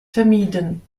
vermieden